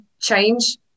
change